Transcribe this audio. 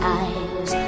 eyes